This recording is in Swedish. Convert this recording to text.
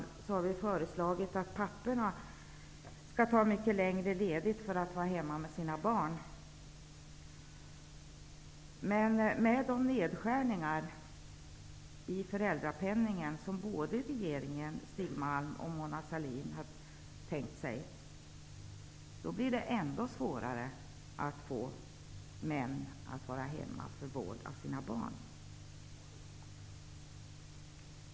Vi har föreslagit att papporna skall ta ut längre ledighet för att vara hemma med sina barn. Men med de nedskärningar i föräldrapenningen som regeringen, Stig Malm och Mona Sahlin har tänkt sig, blir det ännu svårare att få män att vara hemma för vård av barn.